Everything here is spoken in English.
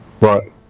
Right